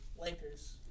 Lakers